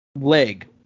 leg